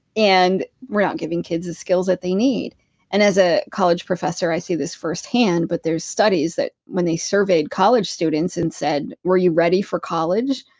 and, we're not giving kids the skills that they need and, as a college professor, i see this firsthand. but there are studies that, when they surveyed college students and said, were you ready for college?